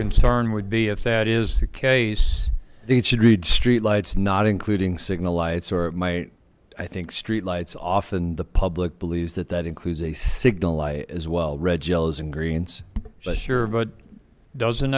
concern would be if that is the case it should read street lights not including signal lights or my i think street lights often the public believes that that includes a signal light as well red gels and greens sure but doesn't